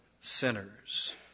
Sinners